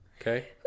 Okay